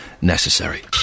necessary